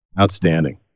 Outstanding